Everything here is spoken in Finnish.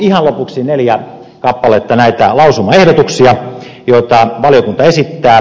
ihan lopuksi neljä kappaletta näitä lausumaehdotuksia joita valiokunta esittää